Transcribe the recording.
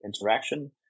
interaction